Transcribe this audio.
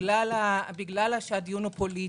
בגלל שהדיון הוא פוליטי.